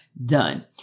done